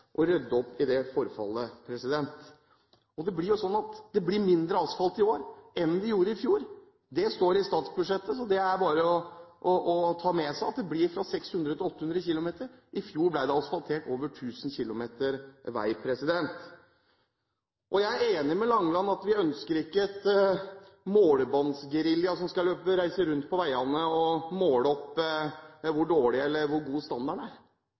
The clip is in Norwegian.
å rydde opp i dette forfallet. Det er jo sånn at det blir asfaltert mindre i år enn i fjor – det står i statsbudsjettet, så det er det bare å ta med seg. Det blir 600–800 km – i fjor ble det asfaltert over 1 000 km vei. Jeg er enig med Langeland i at vi ønsker ikke en målebåndsgerilja som skal reise rundt og måle opp hvor dårlig eller god standarden er